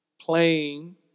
playing